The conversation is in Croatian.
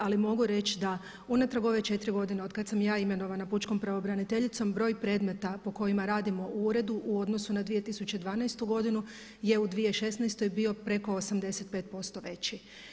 Ali mogu reći da unatrag ove četiri godine od kad sam ja imenovana pučkom pravobraniteljicom broj predmeta po kojima radimo u uredu u odnosu na 2012. godinu je u 2016. bio preko 85% veći.